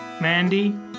Mandy